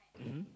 mmhmm